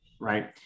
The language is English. right